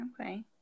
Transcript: Okay